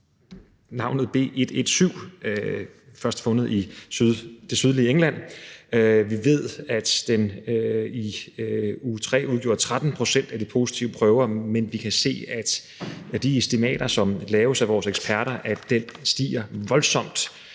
navnet B 117, som først er fundet i det sydlige England. Vi ved, at den i uge 3 udgjorde 13 pct. af de positive prøver, men vi kan se af de estimater, som laves af vores eksperter, at den stiger voldsomt,